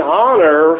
honor